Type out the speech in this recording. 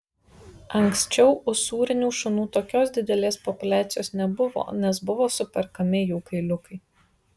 anksčiau usūrinių šunų tokios didelės populiacijos nebuvo nes buvo superkami jų kailiukai